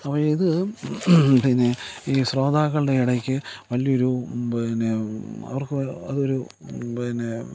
സമയം ഇത് പിന്നെ ഈ ശ്രോതാക്കളുടെ ഇടയ്ക്ക് വലിയ ഒരു പിന്നെ അവർക്ക് അതൊരു പിന്നെ